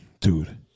dude